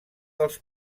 dels